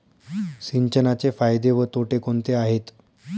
सिंचनाचे फायदे व तोटे कोणते आहेत?